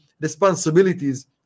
responsibilities